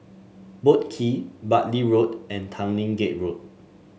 Boat Quay Bartley Road and Tanglin Gate Road